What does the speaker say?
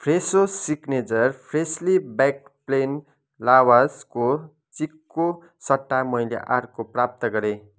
फ्रेसो signature freshly baked plain लावासको चिक्को सट्टा मैले अर्को प्राप्त गरेँ